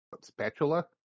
spatula